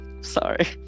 Sorry